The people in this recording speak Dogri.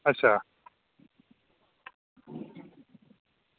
अच्छा